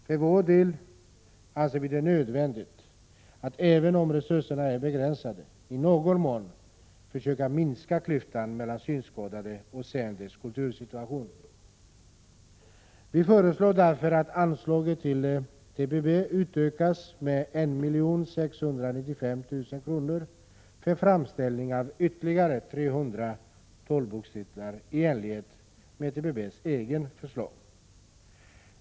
För vår del anser vi det vara nödvändigt, även om resurserna är begränsade, att i någon mån försöka minska klyftan mellan synskadades och seendes kultursituation. Vi föreslår därför att anslaget till TPB utökas med 1695 000 kr. för framställning av ytterligare 300 talbokstitlar, i enlighet med TPB:s eget förslag.